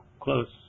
close